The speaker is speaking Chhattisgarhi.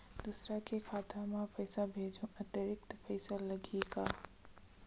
दूसरा के खाता म पईसा भेजहूँ अतिरिक्त पईसा लगही का?